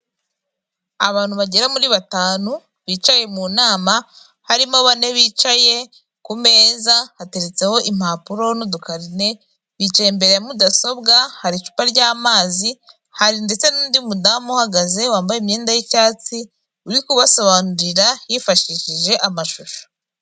Inzu yubatse hafi y'ishyamba ririmo ibiti byinshi amapoto marebamare ariho abatara amurika m'umuhanda urimo imodoka n'amamoto, k'uruhande indabo ubusitani.